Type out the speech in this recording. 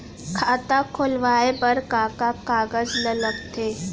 खाता खोलवाये बर का का कागज ल लगथे?